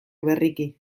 berriki